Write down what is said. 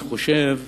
אני חושב